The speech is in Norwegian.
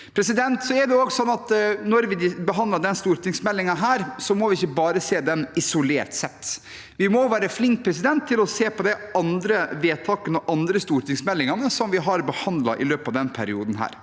Når vi behandler denne stortingsmeldingen, må vi ikke bare se den isolert sett. Vi må være flinke til å se på de andre vedtakene og de andre stortingsmeldingene som vi har behandlet i løpet av denne perioden.